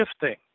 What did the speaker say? shifting